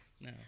No